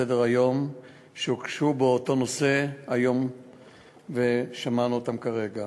לסדר-היום שהוגשו באותו נושא היום ושמענו אותן כרגע.